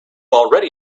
already